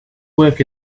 work